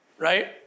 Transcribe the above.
right